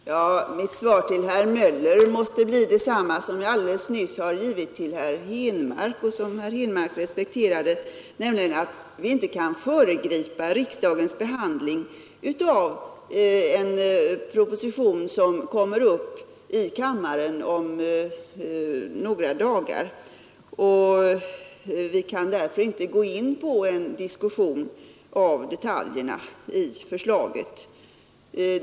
Herr talman! Mitt svar till herr Möller måste bli detsamma som det jag alldeles nyss har givit herr Henmark och som herr Henmark respekterade, nämligen att vi inte kan föregripa riksdagens behandling av en proposition som kommer upp i kammaren om några dagar. Vi kan därför inte nu gå in på diskussion av detaljerna i förslaget.